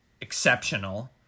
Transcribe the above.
exceptional